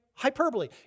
hyperbole